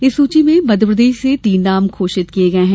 इस सूची में मध्यप्रदेश से तीन नाम घोषित किये गये हैं